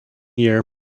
year